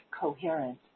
coherent